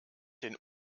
den